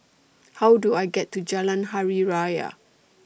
How Do I get to Jalan Hari Raya